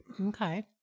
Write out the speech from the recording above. Okay